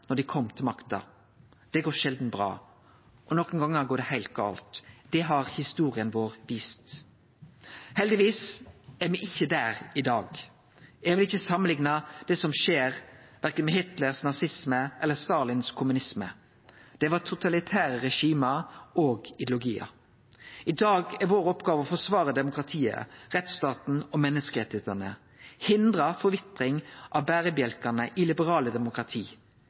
når dei kom til makta. Det går sjeldan bra, og nokre gonger går det heilt gale. Det har historia vår vist. Heldigvis er me ikkje der i dag. Eg vil ikkje samanlikne det som skjer, verken med Hitlers nazisme eller Stalins kommunisme. Det var totalitære regime og ideologiar. I dag er vår oppgåve å forsvare demokratiet, rettsstaten og menneskerettane og hindre forvitring av berebjelkane i liberale demokrati.